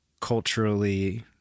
culturally